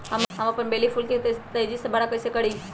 हम अपन बेली फुल के तेज़ी से बरा कईसे करी?